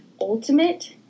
ultimate